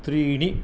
त्रीणि